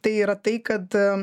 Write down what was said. tai yra tai kad